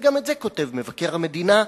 וגם את זה כותב מבקר המדינה,